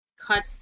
cut